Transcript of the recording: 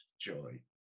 joy